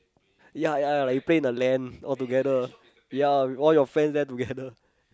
ya ya ya like play the land altogether ya all your friends land together